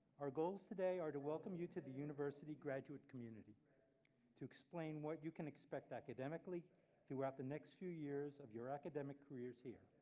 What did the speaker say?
our goals today are to welcome you to the university graduate community to explain what you can expect academically throughout the next few years of your academic careers here,